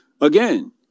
again